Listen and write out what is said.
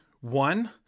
One